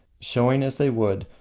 showing, as they would,